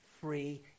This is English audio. free